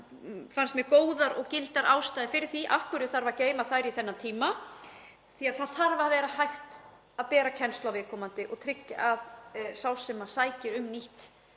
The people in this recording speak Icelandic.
Það komu mjög góðar og gildar ástæður fyrir því hvers vegna þurfi að geyma þær í þennan tíma því að það þarf að vera hægt að bera kennsl á viðkomandi og tryggja að sá sem sækir um nýtt